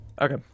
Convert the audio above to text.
okay